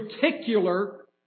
particular